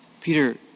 Peter